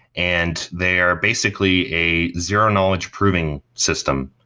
and they are basically a zero knowledge proving system,